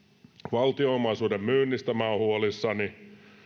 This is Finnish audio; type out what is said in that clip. valtionomaisuuden myynnistä minä olen huolissani